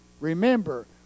remember